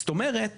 זאת אומרת